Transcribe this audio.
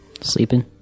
Sleeping